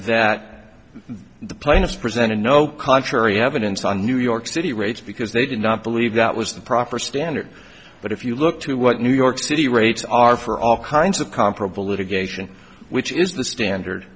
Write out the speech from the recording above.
that the plaintiffs presented no contrary evidence on new york city rates because they did not believe that was the proper standard but if you look to what new york city rates are for all kinds of comparable litigation which is the